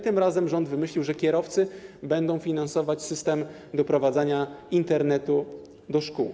Tym razem rząd wymyślił, że kierowcy będą finansować system doprowadzania Internetu do szkół.